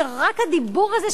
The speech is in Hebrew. שרק הדיבור הזה,